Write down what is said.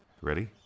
Ready